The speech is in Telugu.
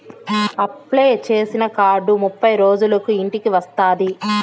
అప్లై చేసిన కార్డు ముప్పై రోజులకు ఇంటికి వస్తాది